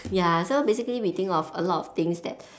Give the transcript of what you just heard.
ya so basically we think of a lot of things that